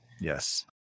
Yes